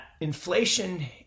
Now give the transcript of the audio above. inflation